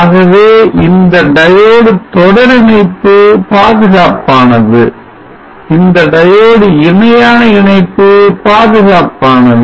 ஆகவே இந்த diode தொடரிணைப்பு பாதுகாப்பானது இந்த diode இணையான இணைப்பு பாதுகாப்பானது